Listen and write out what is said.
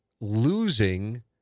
losing